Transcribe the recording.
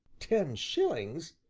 ten shillings!